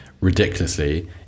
ridiculously